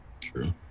True